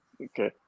Okay